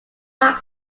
lac